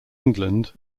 england